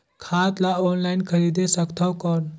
खाद ला ऑनलाइन खरीदे सकथव कौन?